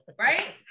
right